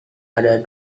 ada